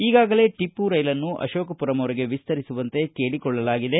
ಈಗಾಗಲೇ ಟಿಪ್ಪು ರೈಲನ್ನು ಅಶೋಕಪುರಂವರೆಗೆ ವಿಸ್ತರಿಸುವಂತೆ ಕೇಳಕೊಳ್ಳಲಾಗಿದೆ